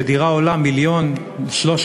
כשדירה עולה 1.3 מיליון שקל.